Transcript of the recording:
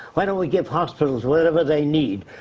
why don't we give hospitals whatever they need?